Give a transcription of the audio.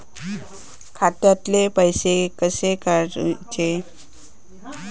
खात्यातले पैसे कसे काडूचे?